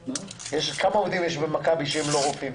כמה עובדים במכבי שהם לא רופאים?